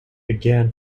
again